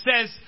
says